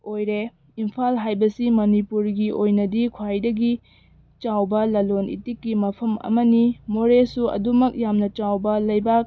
ꯑꯣꯏꯔꯦ ꯏꯝꯐꯥꯜ ꯍꯥꯏꯕꯁꯤ ꯃꯅꯤꯄꯨꯔꯒꯤ ꯑꯣꯏꯅꯗꯤ ꯈ꯭ꯋꯥꯏꯗꯒꯤ ꯆꯥꯎꯕ ꯂꯂꯣꯜꯏꯇꯤꯛꯀꯤ ꯃꯐꯝ ꯑꯃꯅꯤ ꯃꯣꯔꯦꯁꯨ ꯑꯗꯨꯃꯛ ꯌꯥꯝꯅ ꯆꯥꯎꯕ ꯂꯩꯕꯥꯛ